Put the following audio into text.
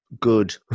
good